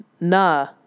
nah